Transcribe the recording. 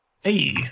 Hey